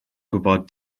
gwybod